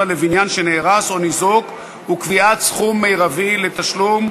לבניין שנהרס או ניזוק וקביעת סכום מרבי לתשלום),